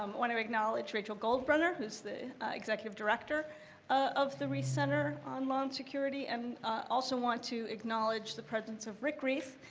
um want to acknowledge rachel goldbrenner, who's the executive director of the reiss center on law and security. i and also want to acknowledge the presence of rick reiss,